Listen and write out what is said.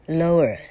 lower